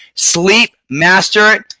sleep. master it.